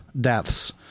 deaths